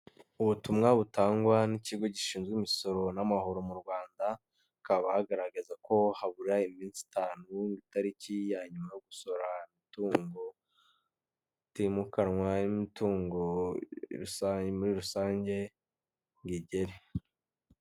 Ubutumwa butangwa n'ikigo gishinzwe imisoro n'amahoro mu rwanda, hakaba hagaragaza ko habura iminsi itanu itariki ya nyuma yo gusorera imitungo itimukanwa imitungo rusange muri rusange ngo igere.